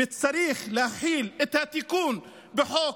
וצריך להחיל את התיקון בחוק